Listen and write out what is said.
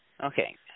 Okay